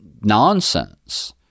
nonsense